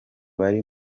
bari